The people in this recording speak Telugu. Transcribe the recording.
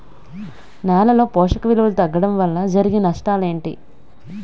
నేలలో పోషక విలువలు తగ్గడం వల్ల జరిగే నష్టాలేంటి?